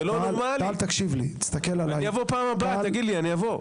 אני אבוא בפעם הבאה, תגיד לי, אני אבוא.